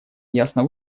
ясно